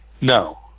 No